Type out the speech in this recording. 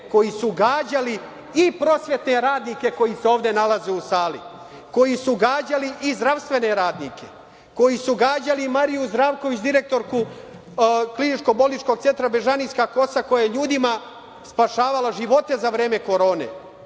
koji su gađali i prosvetne radnike koji se ovde nalaze u sali, koji su gađali i zdravstvene radnike, koji su gađali i Mariju Zdravković, direktoru Kliničko-bolničkog centra „Bežanijska kosa“, koja je ljudima spašavala živote za vreme korone.